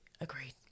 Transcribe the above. agreed